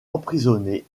emprisonnés